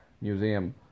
Museum